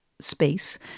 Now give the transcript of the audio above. space